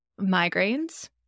migraines